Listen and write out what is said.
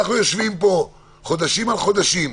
אנחנו יושבים פה חודשים על גבי חודשים,